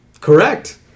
Correct